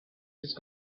just